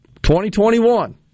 2021